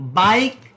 bike